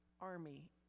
army